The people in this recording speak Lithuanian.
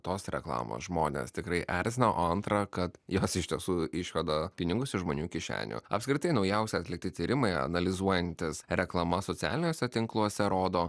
tos reklamos žmones tikrai erzina o antra kad jos iš tiesų išveda pinigus iš žmonių kišenių apskritai naujausi atlikti tyrimai analizuojantys reklamas socialiniuose tinkluose rodo